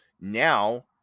now